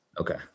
okay